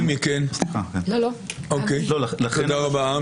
תודה רבה.